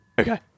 Okay